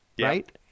right